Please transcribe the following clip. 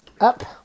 up